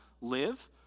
live